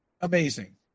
amazing